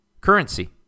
currency